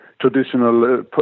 traditional